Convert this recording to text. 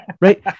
right